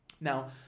Now